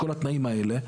כל התנאים האלה,